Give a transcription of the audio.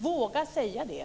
Våga säga det!